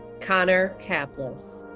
connor caplis.